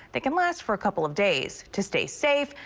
they can last for a couple of days to stay safe.